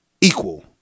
equal